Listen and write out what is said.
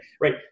Right